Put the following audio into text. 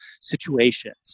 situations